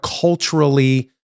culturally